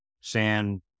sand